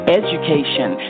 education